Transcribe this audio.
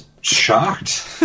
Shocked